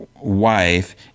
wife